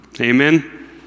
amen